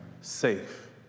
Safe